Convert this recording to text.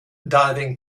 diving